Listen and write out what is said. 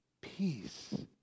peace